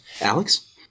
Alex